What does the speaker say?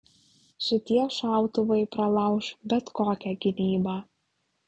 šitie šautuvai pralauš bet kokią gynybą